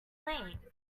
claim